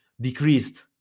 decreased